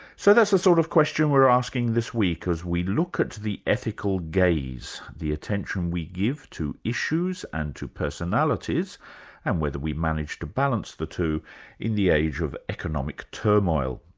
so that's the sort of question we're asking this week, as we look at the ethical gaze, the attention we give to issues and to personalities and whether we manage to balance the two in the age of economic turmoil.